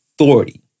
authority